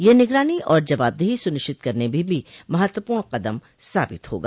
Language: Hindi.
यह निगरानी और जवाबदेही सुनिश्चित करने में भी महत्वपूर्ण कदम साबित होगा